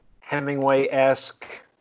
Hemingway-esque